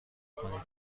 کنیم